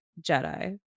Jedi